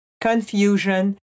confusion